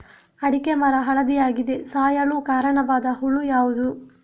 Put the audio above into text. ಅಡಿಕೆ ಮರ ಹಳದಿಯಾಗಿ ಸಾಯಲು ಕಾರಣವಾದ ಹುಳು ಯಾವುದು?